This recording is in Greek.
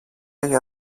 για